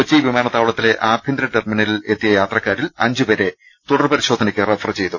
കൊച്ചി വിമാനത്താവളത്തിലെ ആഭ്യന്തര ടെർമിനലിലെ ത്തിയ യാത്രക്കാരിൽ അഞ്ചുപേരെ തുടർ പരിശോധനയ്ക്ക് റഫർ ചെയ്തു